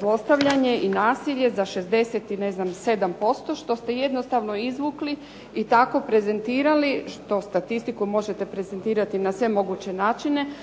zlostavljanje i nasilje za 67%, što ste jednostavno izvukli i tako prezentirali. Što statistiku možete prezentirati na sve moguće načine,